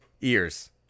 ears